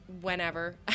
whenever